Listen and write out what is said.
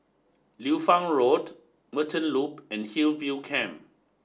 liu Fang Road Merchant Loop and Hillview Camp